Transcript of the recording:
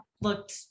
looked